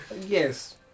Yes